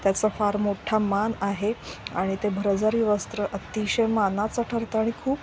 त्याचा फार मोठा मान आहे आणि ते भरजारी वस्त्र अतिशय मानाचं ठरत आणि खूप